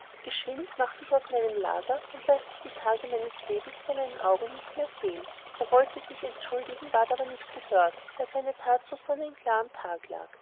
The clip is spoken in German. geschwind mache dich aus meinem läger und laß dich die tage deines lebens vor meinen augen nicht mehr sehen er wollte sich entschuldigen ward aber nicht gehört dieweil seine tat so sonnenklar am tag lag